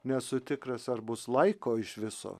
nesu tikras ar bus laiko iš viso